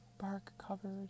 bark-covered